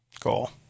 Cool